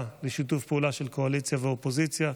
לשיתוף פעולה של קואליציה ואופוזיציה,